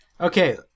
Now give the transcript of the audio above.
Okay